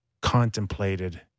contemplated